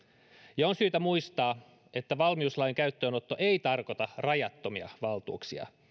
ja on syytä muistaa että valmiuslain käyttöönotto ei tarkoita rajattomia valtuuksia